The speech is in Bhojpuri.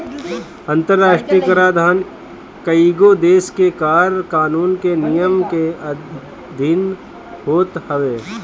अंतरराष्ट्रीय कराधान कईगो देस के कर कानून के नियम के अधिन होत हवे